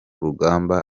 rugamba